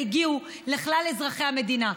כמה הוא עלה ואיך האירועים האלה הגיעו לכלל אזרחי המדינה.